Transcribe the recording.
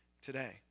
today